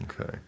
Okay